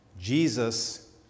Jesus